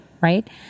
right